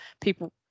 people